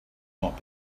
not